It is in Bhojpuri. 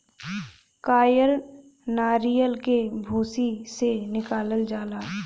कायर नरीयल के भूसी से निकालल जाला